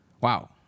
Wow